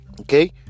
Okay